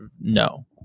no